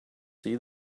see